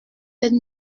sept